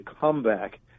comeback